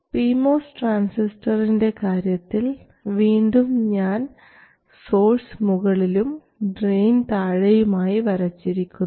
P MOS ട്രാൻസിസ്റ്ററിൻറെ കാര്യത്തിൽ വീണ്ടും ഞാൻ സോഴ്സ് മുകളിലും ഡ്രയിൻ താഴെയുമായി വരച്ചിരിക്കുന്നു